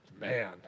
man